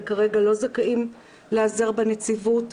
וכרגע לא זכאים להיעזר בנציבות.